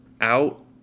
out